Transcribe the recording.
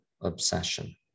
obsession